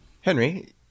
henry